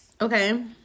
Okay